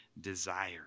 desire